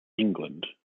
england